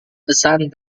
pesan